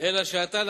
אלא שעתה,